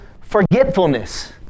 forgetfulness